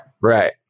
Right